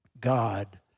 God